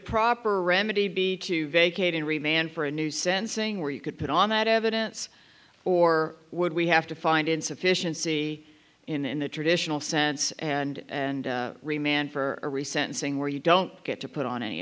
proper remedy be to vacate in re man for a new sensing where you could put on that evidence or would we have to find insufficiency in the traditional sense and and re man for a recent thing where you don't get to put on any